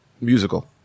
musical